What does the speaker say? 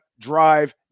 drive